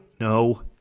No